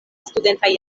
studentaj